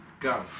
Go